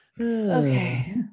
Okay